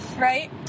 right